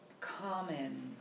common